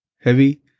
heavy